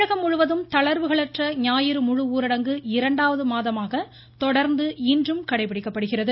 தமிழகம் முழுவதும் தளர்வுகளற்ற ஞாயிறு ஊரடங்கு இரண்டாவது முழு மாதமாக தொடர்ந்து இன்றும் கடைபிடிக்கப்படுகிறது